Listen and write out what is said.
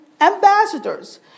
ambassadors